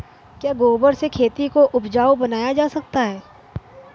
क्या गोबर से खेती को उपजाउ बनाया जा सकता है?